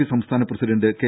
P സംസ്ഥാന president K